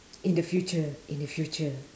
in the future in the future